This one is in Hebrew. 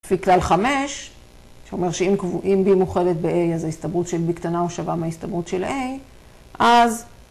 ‫לפי כלל 5, שאומר שאם b מוכלת ב-a, ‫אז ההסתברות של b קטנה או שווה ‫מההסתברות של a, אז...